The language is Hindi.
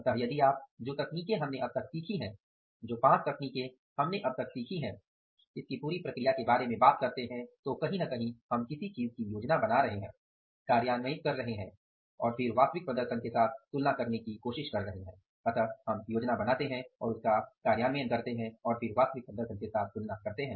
अतः यदि आप जो तकनीकें हमने अब तक सीखी है जो पांच तकनीके हमने अब तक सीखी हैं इसकी पूरी प्रक्रिया के बारे में बात करते हैं तो कहीं न कहीं हम किसी चीज़ की योजना बना रहे हैं क्रियान्वित कर रहे हैं और फिर वास्तविक प्रदर्शन के साथ तुलना करने की कोशिश कर रहे हैं